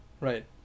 Right